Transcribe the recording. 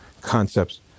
concepts